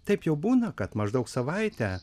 taip jau būna kad maždaug savaitę